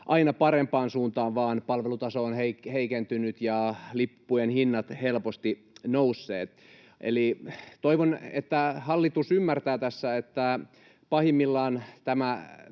aina parempaan suuntaan vaan palvelutaso on heikentynyt ja lippujen hinnat helposti nousseet. Eli toivon, että hallitus ymmärtää tässä, että pahimmillaan tämä